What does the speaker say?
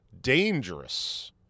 dangerous